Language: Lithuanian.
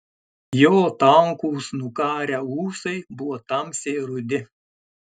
jo tankūs nukarę ūsai buvo tamsiai rudi